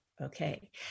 Okay